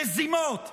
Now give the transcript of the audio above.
מזימות,